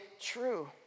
true